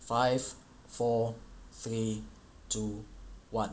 five four three two one